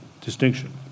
distinction